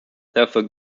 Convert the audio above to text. therefore